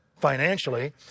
financially